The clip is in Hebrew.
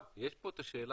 אבל יש פה את השאלה,